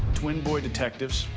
twin boy detectives,